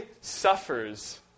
suffers